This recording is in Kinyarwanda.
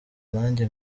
nanjye